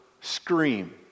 scream